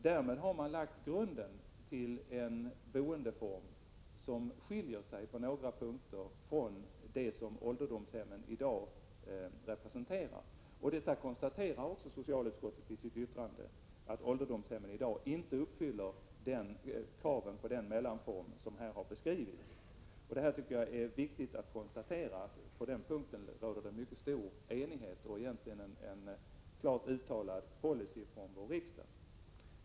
Därmed har man lagt grunden till en boendeform som skiljer sig på några punkter från det som ålderdomshemmen i dag representerar. Socialutskottet konstaterar också i sitt yttrande att ålderdomshemmen i dag inte uppfyller kraven på den mellanform som här har beskrivits. Jag tycker det är viktigt att slå fast att det på den punkten råder mycket stor enighet och en klart uttalad policy från vår riksdag.